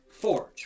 Forge